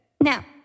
Now